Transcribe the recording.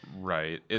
Right